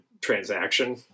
transaction